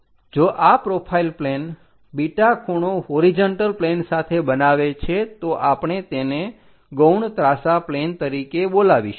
જો આ profile plane beta ખૂણો હોરીજન્ટલ પ્લેન સાથે બનાવે છે તો આપણે તેને ગૌણ ત્રાંસા પ્લેન તરીકે બોલાવીશું